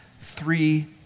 three